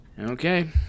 Okay